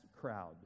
crowd